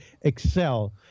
excel